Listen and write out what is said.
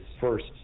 first